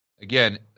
again